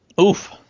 Oof